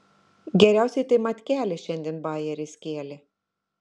geriausiai tai matkelė šiandien bajerį skėlė